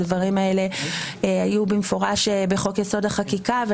הדברים האלה היו במפורש בחוק יסוד: החקיקה.